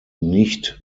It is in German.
nicht